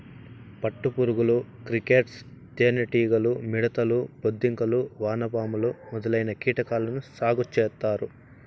పట్టు పురుగులు, క్రికేట్స్, తేనె టీగలు, మిడుతలు, బొద్దింకలు, వానపాములు మొదలైన కీటకాలను సాగు చేత్తారు